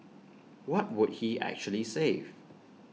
what would he actually save